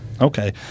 okay